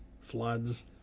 floods